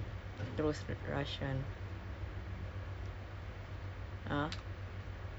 pergi kerja then you know sekarang hard uh pasal COVID kan ada pay cut semua